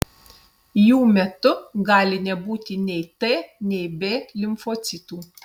jų metu gali nebūti nei t nei b limfocitų